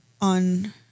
on